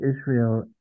Israel